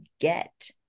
get